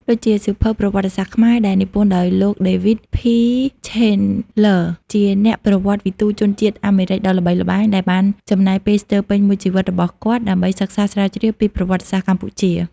ដូចជាសៀវភៅ ប្រវត្តិសាស្ត្រខ្មែរ ដែលនិពន្ធដោយលោក ដេវីត ភី ឆេនឡឺ David P. Chandler ជាអ្នកប្រវត្តិវិទូជនជាតិអាមេរិកដ៏ល្បីល្បាញ ដែលបានចំណាយពេលស្ទើរពេញមួយជីវិតរបស់គាត់ដើម្បីសិក្សាស្រាវជ្រាវពីប្រវត្តិសាស្ត្រកម្ពុជា។